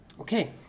okay